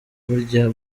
burya